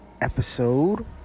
episode